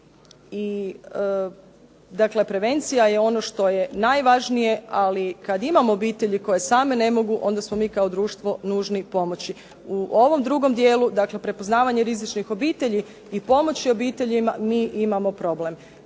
Dakle, prevencija je ono što je najvažnije ali kad imamo obitelji koje same ne mogu onda smo mi kao društvo nužni pomoći. U ovom drugom dijelu prepoznavanje rizičnih obitelji i pomoći obiteljima mi imamo problem.